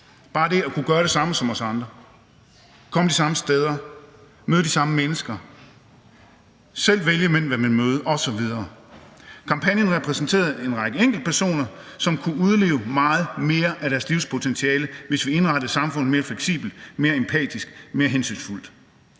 bare det at kunne gøre det samme som os andre, komme de samme steder, møde de samme mennesker, selv vælge, hvem man vil møde osv. Kampagnen repræsenterede en række enkeltpersoner, som kunne udleve meget mere af deres livspotentiale, hvis vi indrettede samfundet mere fleksibelt, mere empatisk og mere hensynsfuldt.